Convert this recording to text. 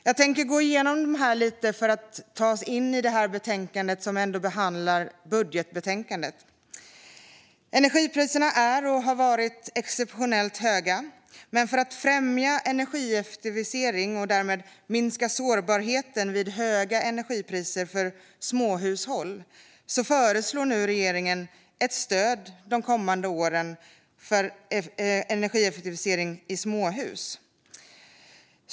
Jag tänker gå igenom dessa satsningar lite grann för att ta oss in i detta betänkande där en del av budgeten behandlas. Energipriserna är och har varit exceptionellt höga. För att främja energieffektivisering och därmed minska sårbarheten vid höga energipriser för småhushushåll föreslår regeringen ett stöd till energieffektivisering i småhus under de kommande tre åren.